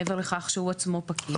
מעבר לכך שגם הוא עצמו פקיד.